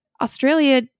Australia